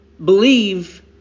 Believe